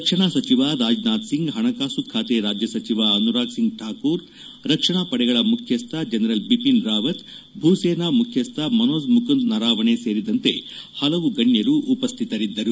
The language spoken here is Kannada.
ರಕ್ಷಣಾ ಸಚಿವ ರಾಜನಾಥ್ ಸಿಂಗ್ ಹಣಕಾಸು ಖಾತೆ ರಾಜ್ಯ ಸಚಿವ ಅನುರಾಗ್ ಸಿಂಗ್ ಠಾಕೂರ್ ರಕ್ಷಣಾ ಪಡೆಗಳ ಮುಖ್ಯಸ್ವ ಜನರಲ್ ಬಿಪಿನ್ ರಾವತ್ ಭೂಸೇನಾ ಮುಖ್ಯಸ್ವ ಮನೋಜ್ ಮುಕುಂದ್ ನರಾವಣೆ ಸೇರಿದತೆ ಹಲವು ಗಣ್ಯರು ಉಪಸ್ಟಿತರಿದ್ದರು